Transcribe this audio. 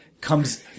comes